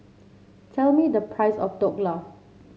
tell me the price of Dhokla